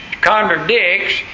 contradicts